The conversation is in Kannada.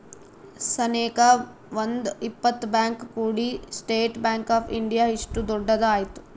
ಸನೇಕ ಒಂದ್ ಇಪ್ಪತ್ ಬ್ಯಾಂಕ್ ಕೂಡಿ ಸ್ಟೇಟ್ ಬ್ಯಾಂಕ್ ಆಫ್ ಇಂಡಿಯಾ ಇಷ್ಟು ದೊಡ್ಡದ ಆಯ್ತು